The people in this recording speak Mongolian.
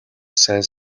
сайн